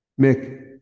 Mick